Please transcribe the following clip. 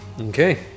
okay